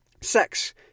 sex